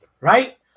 Right